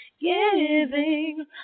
Giving